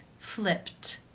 flipped,